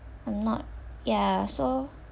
I'm not yeah so